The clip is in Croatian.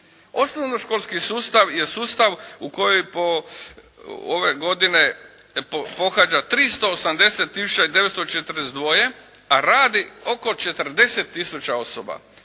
Osnovnoškolski sustav je sustav u kojoj ove godine pohađa 380 tisuća 942 a radi oko 40 tisuća osoba.